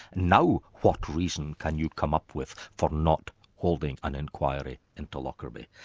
now what reason can you come up with for not holding an inquiry into lockerbie?